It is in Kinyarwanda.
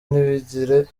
ntibigire